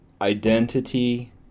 identity